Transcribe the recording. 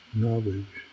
knowledge